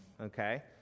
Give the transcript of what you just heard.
okay